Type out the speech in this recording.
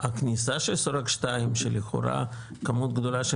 הכניסה של שורק 2 שלכאורה כמות גדולה של